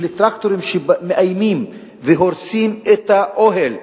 של טרקטורים שמאיימים והורסים את האוהל,